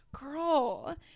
girl